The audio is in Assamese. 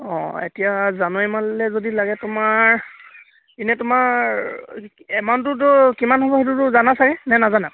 অঁ এতিয়া জানুৱাৰীমানলৈ যদি লাগে তোমাৰ এনেই তোমাৰ এমাউণ্টটোতো কিমান হ'ব সেইটোতো জানা চাগে নে নাজানা